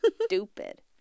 stupid